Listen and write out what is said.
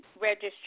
register